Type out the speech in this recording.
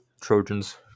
trojans